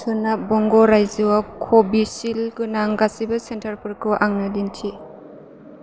सोनाब बंग' रायजोआव कविसिल्द गोनां गासैबो सेन्टारफोरखौ आंनो दिन्थि